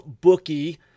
bookie